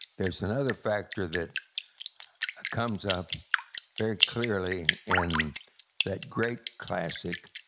there's another factor that comes up very clearly in that great classic,